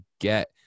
get